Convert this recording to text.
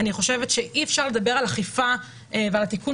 אני חושבת שאי אפשר לדבר על אכיפה ועל התיקון